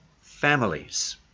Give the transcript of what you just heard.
families